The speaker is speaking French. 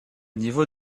niveau